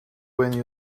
when